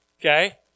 okay